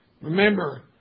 Remember